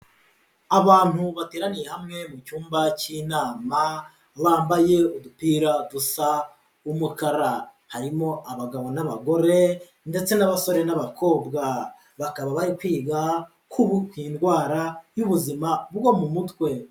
Abantu bateraniye hamwe mucyumba cy'inama, bambaye udupira dusa umukara, harimo abagabo n'abagore, ndetse n'abasore n'abakobwa, bakaba bari kwiga ku indwara y'ubuzima bwo mu mutwe.